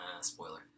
spoiler